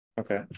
Okay